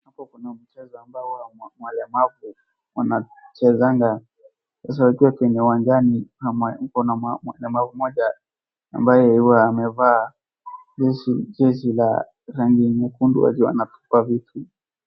Hapo kuna mchezo ambao huwa walemavu wanachezanga. Sasa akiwa kwenye uwanjani ama upo na mama mmoja ambaye huwa amevaa jezi la rangi nyekundu akiwa anatupa vitu.